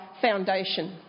foundation